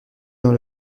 dans